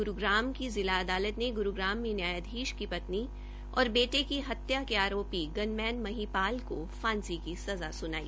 ग्रूग्राम की जिला अदालत ने ग्रूग्राम में न्यायाधीश की पत्नी और बेटे की हत्या के आरोपी गनमैन महीपाल को फांसी की सज़ा स्नाई